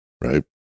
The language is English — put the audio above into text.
right